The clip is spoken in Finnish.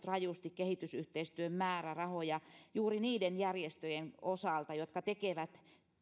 rajusti kehitysyhteistyön määrärahoja juuri niiden järjestöjen osalta jotka tekevät